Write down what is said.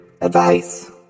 Advice